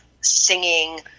singing